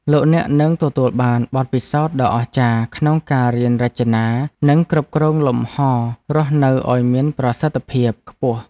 លោកអ្នកនឹងទទួលបានបទពិសោធន៍ដ៏អស្ចារ្យក្នុងការរៀនរចនានិងគ្រប់គ្រងលំហររស់នៅឱ្យមានប្រសិទ្ធភាពខ្ពស់។